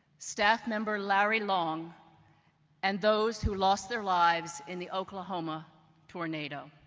staff member larry long and those who lost their lives in the oklahoma tornado.